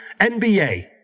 NBA